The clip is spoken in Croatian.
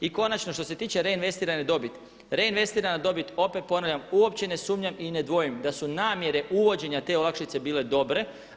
I konačno, što se tiče reinvestirane dobiti, reinvestirana dobit opet ponavljam uopće ne sumnjam i ne dvojim da su namjere uvođenja te olakšice bile dobre.